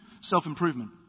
self-improvement